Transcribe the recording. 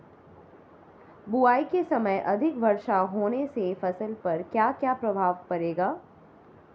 बुआई के समय अधिक वर्षा होने से फसल पर क्या क्या प्रभाव पड़ेगा?